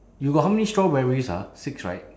you got how many strawberries ah six right